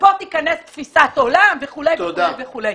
פה תיכנס תפיסת עולם וכו' וכו'.